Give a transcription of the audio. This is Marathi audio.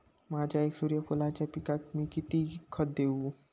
माझ्या एक एकर सूर्यफुलाच्या पिकाक मी किती खत देवू?